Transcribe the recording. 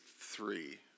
three